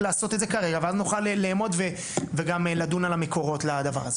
לעשות את זה כרגע ואז נוכל לאמוד וגם לדון על המקורות לדבר הזה.